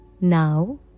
Now